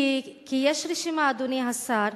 כי יש רשימה, אדוני השר,